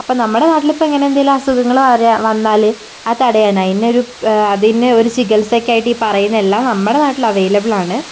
അപ്പം നമ്മുടെ നാട്ടിൽ ഇപ്പം ഇങ്ങനെ എന്തെങ്കിലും അസുഖങ്ങളോ ഓരോ വന്നാൽ അത് തടയാനായി അതിനൊരു അതിന് ഒരു ചികിത്സക്കായിട്ട് ഈ പറയുന്ന എല്ലാം നമ്മുടെ നാട്ടിൽ അവൈലബിളാണ്